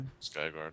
Skyguard